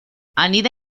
anida